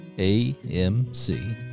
A-M-C